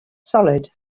solid